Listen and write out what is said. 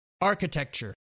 architecture